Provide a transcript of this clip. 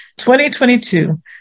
2022